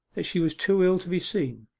that she was too ill to be seen.